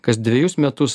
kas dvejus metus